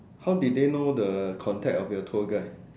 how did they know the contact of your tour guide